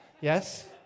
Yes